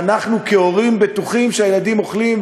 שאנחנו כהורים בטוחים שהילדים אוכלים,